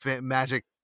magic